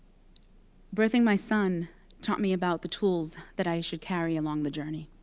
birthing my son taught me about the tools that i should carry along the journey.